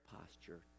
posture